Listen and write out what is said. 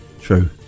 True